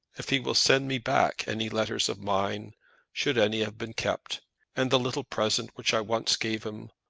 if he will send me back any letters of mine should any have been kept and the little present which i once gave him,